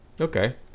Okay